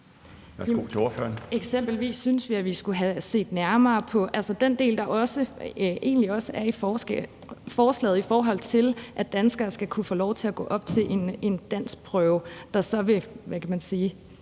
eksempelvis skulle have set nærmere på den del, der egentlig også er i forslaget, i forhold til at danskere skal kunne få lov til at gå op til en danskprøve, der så vil, hvad kan man sige,